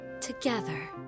together